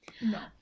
No